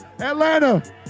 Atlanta